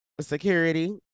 Security